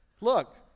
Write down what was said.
Look